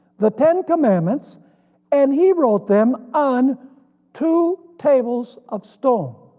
the ten commandments and he wrote them on two tables of stone.